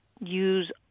use